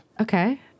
Okay